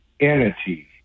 entity